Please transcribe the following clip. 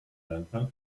manchmal